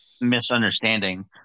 misunderstanding